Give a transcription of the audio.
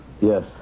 Yes